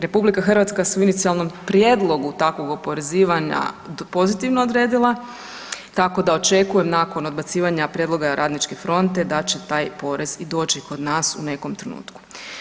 RH se u inicijalnom prijedlogu takvog oporezivanja pozitivno odredila, tako da očekujem nakon odbacivanja prijedloga Radničke fronta da će taj porez i doći kod nas u nekom trenutku.